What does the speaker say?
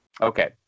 Okay